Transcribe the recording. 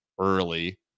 early